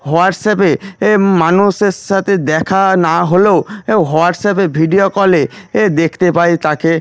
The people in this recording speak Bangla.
হোয়াটসঅ্যাপে এ মানুষের সাথে দেখা না হলেও এ হোয়াটসঅ্যাপে ভিডিও কলে এ দেখতে পাই তাকে